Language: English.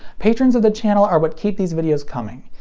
patrons of the channel are what keep these videos coming.